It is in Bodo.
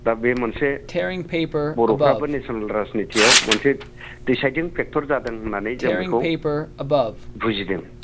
दा बे मोनसे बर'फ्राबो नेसनेल राजनितियाव मोनसे डिसाइडिं फेक्ट'र जादों होननानै जों बेखौ बुजिदों